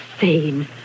insane